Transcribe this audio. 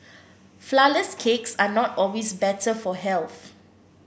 flourless cakes are not always better for health